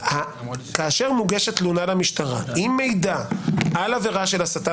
כאשר מוגשת תלונה למשטרה עם מידע על עבירה של הסתה